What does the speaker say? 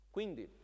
Quindi